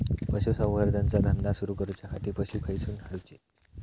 पशुसंवर्धन चा धंदा सुरू करूच्या खाती पशू खईसून हाडूचे?